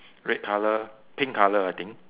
red colour pink colour I think